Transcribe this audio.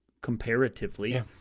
comparatively